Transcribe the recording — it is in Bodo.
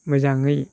मोजाङै